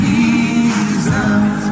Jesus